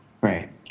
Right